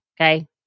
okay